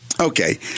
Okay